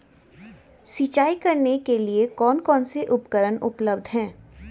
सिंचाई करने के लिए कौन कौन से उपकरण उपलब्ध हैं?